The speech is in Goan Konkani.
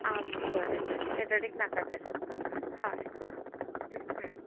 आं ओके बरें तर सॅटरडेक नाका तर हय हं हं